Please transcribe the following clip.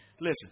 Listen